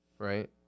right